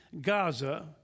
Gaza